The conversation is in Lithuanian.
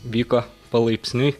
vyko palaipsniui